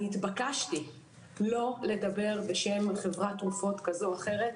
התבקשתי לא לדבר בשם חברת תרופות כזו או אחרת.